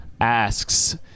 asks